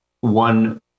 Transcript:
one